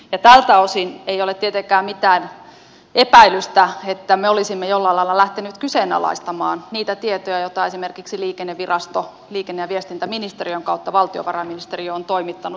tältä osin ei ole tietenkään mitään epäilystä että me olisimme jollain lailla lähteneet kyseenalaistamaan niitä tietoja joita esimerkiksi liikennevirasto liikenne ja viestintäministeriön kautta valtiovarainministeriöön on toimittanut